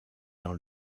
dans